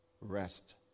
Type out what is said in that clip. Rest